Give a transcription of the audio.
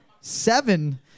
seven